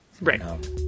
Right